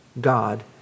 God